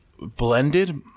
blended